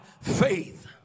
faith